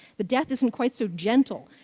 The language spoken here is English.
the death isn't quite so gentle.